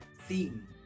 theme